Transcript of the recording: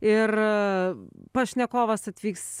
ir pašnekovas atvyks